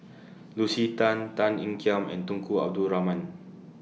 Lucy Tan Tan Ean Kiam and Tunku Abdul Rahman